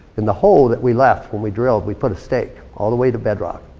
in the hole that we left when we drilled, we put a stake, all the way to bedrock.